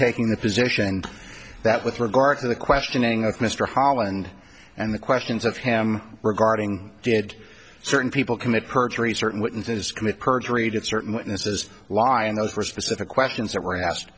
taking the position that with regard to the questioning of mr holland and the questions of him regarding did certain people commit perjury certain witnesses commit perjury did certain witnesses lie and those were specific questions that were asked